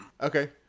Okay